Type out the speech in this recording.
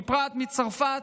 ובפרט מצרפת,